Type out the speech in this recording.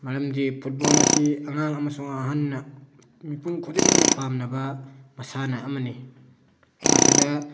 ꯃꯔꯝꯗꯤ ꯐꯨꯠꯕꯣꯜ ꯑꯁꯤ ꯑꯉꯥꯡ ꯑꯃꯁꯨꯡ ꯑꯍꯟꯅ ꯃꯤꯄꯨꯝ ꯈꯨꯗꯤꯡꯃꯛꯅ ꯄꯥꯝꯅꯕ ꯃꯁꯥꯟꯅ ꯑꯃꯅꯤ ꯃꯁꯤꯗ